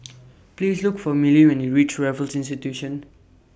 Please Look For Milly when YOU REACH Raffles Institution